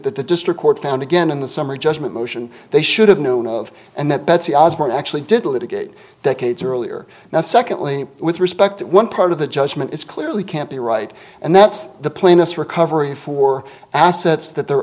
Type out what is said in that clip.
the district court found again in the summary judgment motion they should have known of and that betsy osborne actually did litigate decades earlier now secondly with respect to one part of the judgment it's clearly can't be right and that's the plaintiff's recovery for assets that their